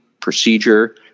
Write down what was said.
procedure